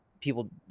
people